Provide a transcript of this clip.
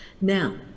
Now